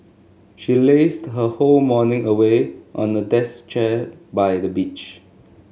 she lazed her whole morning away on a decks chair by the beach